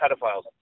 pedophiles